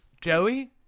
Joey